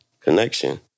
connection